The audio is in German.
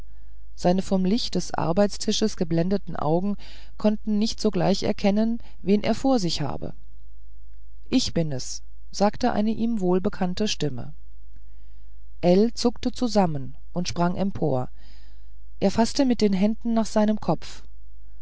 seine vom licht des arbeitstisches geblendeten augen konnten nicht sogleich erkennen wen er vor sich habe ich bin es sagte eine ihm wohlbekannte stimme ell zuckte zusammen und sprang empor er faßte mit den händen nach seinem kopf